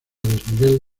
desnivel